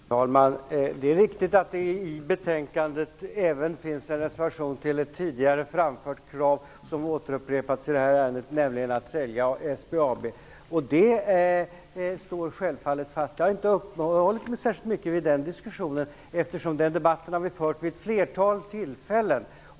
Herr talman! Det är riktigt att det i betänkandet även finns en reservation till ett tidigare framfört krav som återupprepats i detta ärende, nämligen att sälja SBAB. Det kravet står självfallet fast. Jag har inte uppehållit mig särskilt mycket vid den diskussionen. Den debatten har vi ju fört vid ett flertal tillfällen.